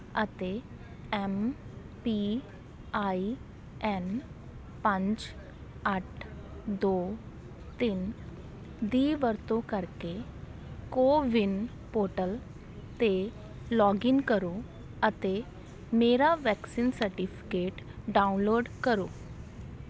ਅਤੇ M P I N ਪੰਜ ਅੱਠ ਦੋ ਤਿੰਨ ਦੀ ਵਰਤੋਂ ਕਰਕੇ ਕੋਵਿਨ ਪੋਰਟਲ 'ਤੇ ਲੌਗਇਨ ਕਰੋ ਅਤੇ ਮੇਰਾ ਵੈਕਸੀਨ ਸਰਟੀਫਿਕੇਟ ਡਾਊਨਲੋਡ ਕਰੋ